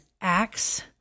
Acts